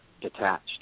detached